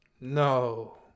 no